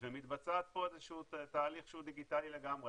ומתבצע פה תהליך שהוא דיגיטלי לגמרי.